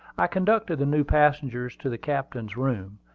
i conducted the new passengers to the captain's room.